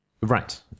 Right